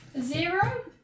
Zero